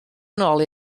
nôl